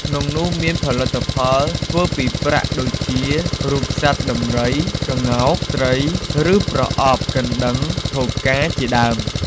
ក្នុងនោះមាន ផលិតផលធ្វើពីប្រាក់ ដូចជា រូបសត្វដំរី ក្ងោក ត្រី ឬប្រអប់ កណ្ដឹង ថូផ្កា ជាដើម។